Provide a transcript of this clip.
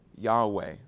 Yahweh